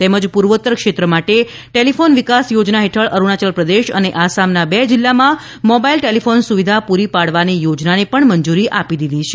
તેમજ પૂર્વોત્તર ક્ષેત્ર માટે ટેલીફોન વિકાસ યોજના હેઠળ અરૂણાચલ પ્રદેશ અને આસામના બે જિલ્લામાં મોબાઈલ ટેલિફોન સુવિધા પૂરી પાડવાની યોજનાને પણ મંજૂરી આપી દીધી છે